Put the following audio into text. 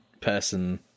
person